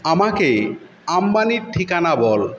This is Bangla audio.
আমাকে আম্বানির ঠিকানা বল